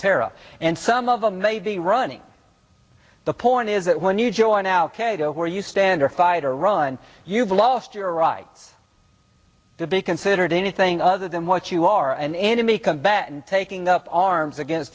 terror and some of them may be running the point is that when you join al qaeda where you stand or fight or run you've lost your right to be considered anything other than what you are an enemy combatant taking up arms against